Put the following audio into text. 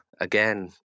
again